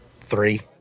Three